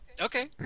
Okay